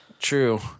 True